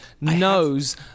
knows